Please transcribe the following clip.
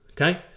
okay